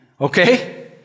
Okay